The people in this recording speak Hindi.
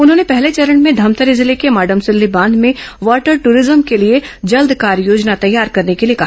उन्होंने पहले चरण में धमतरी जिले के मॉडमसिल्ली बांध में वाटर दूरिज्म के लिए जल्द कार्ययोजना तैयार करने के लिए कहा